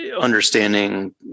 understanding